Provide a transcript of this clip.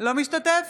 אינו משתתף